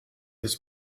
has